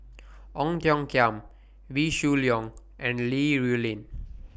Ong Tiong Khiam Wee Shoo Leong and Li Rulin